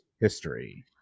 history